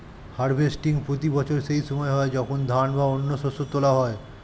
harvesting প্রতি বছর সেই সময় হয় যখন ধান বা অন্য শস্য তোলা হয়